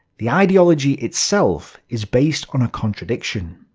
the ideology itself is based on a contradiction.